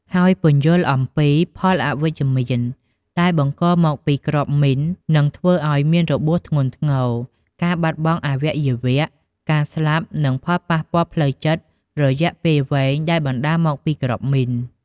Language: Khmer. ហើយពន្យល់អំពីផលអវិជ្ជមាន ដែលបង្កមកពីគ្រាប់មីន និងធ្វើអោយមានរបួសធ្ងន់ធ្ងរ ការបាត់បង់អវយវៈ ការស្លាប់ និងផលប៉ះពាល់ផ្លូវចិត្តរយៈពេលវែងដែលបណ្ដាលមកពីគ្រាប់មីន។